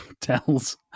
tells